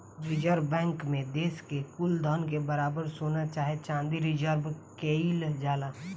reserve bank मे देश के कुल धन के बराबर सोना चाहे चाँदी रिजर्व केइल जाला